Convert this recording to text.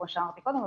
כמו שאמרתי קודם.